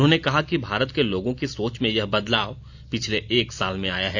उन्होंने कहा कि भारत के लोगों की सोच में यह बदलाव पिछले एक साल में आया है